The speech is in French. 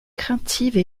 craintive